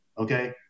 okay